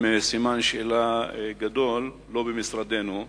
עם סימן שאלה גדול, לא במשרדנו.